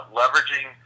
leveraging